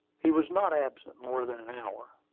he was not absent more than an hour,